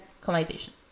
colonization